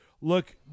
look